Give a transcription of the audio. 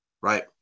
right